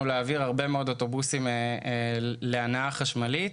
להעביר הרבה מאוד אוטובוסים להנעה חשמלית.